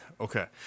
Okay